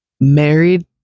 Married